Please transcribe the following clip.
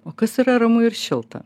o kas yra ramu ir šilta